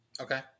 Okay